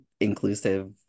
inclusive